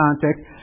context